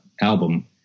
album